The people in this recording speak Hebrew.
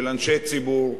של אנשי ציבור,